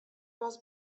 was